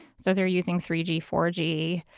so they're using three g, four g,